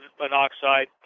monoxide